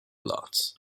lots